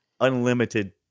unlimited